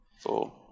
Four